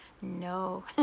no